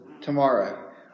tomorrow